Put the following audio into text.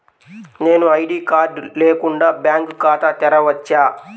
నేను ID card లేకుండా bank ఖాతా తెరవచ్చా?